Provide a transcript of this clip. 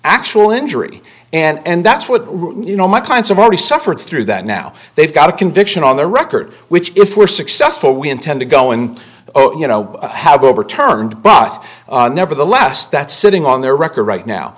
actual injury and that's what you know my clients have already suffered through that now they've got a conviction on their record which if we're successful we intend to go and you know how overturned but nevertheless that's sitting on their record right now